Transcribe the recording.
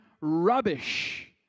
rubbish